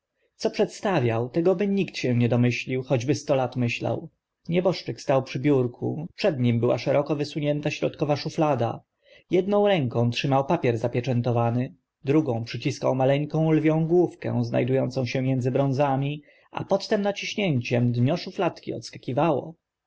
co przedstawiał tego nikt by się nie domyślił choćby sto lat myślał nieboszczyk stał przy biurku przed nim była szeroko wysunięta środkowa szuflada ta emnica edną ręką trzymał papier zapieczętowany drugą przyciskał maleńką lwią główkę zna du ącą się między brązami a pod